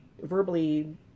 verbally